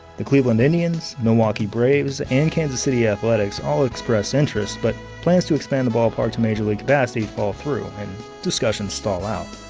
the cleveland indians milwaukee braves, and kansas city athletics all express interest, but plans to expand the ballpark to major league capacity fall through and discussions stall out.